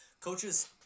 Coaches